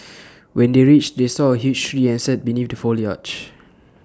when they reached they saw A huge tree and sat beneath the foliage